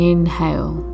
Inhale